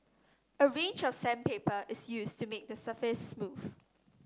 a range of sandpaper is used to make the surface smooth